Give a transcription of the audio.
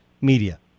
media